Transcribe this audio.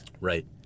Right